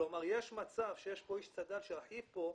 כלומר יש מצב שיש פה איש צד"ל שאחיו פה,